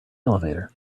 elevator